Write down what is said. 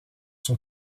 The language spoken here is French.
son